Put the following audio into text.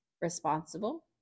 responsible